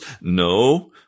No